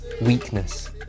weakness